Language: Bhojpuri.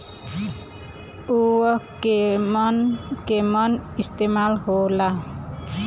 उव केमन केमन इस्तेमाल हो ला?